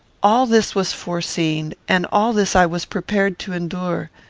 all this was foreseen, and all this i was prepared to endure.